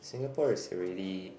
Singapore is really